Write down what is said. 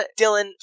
Dylan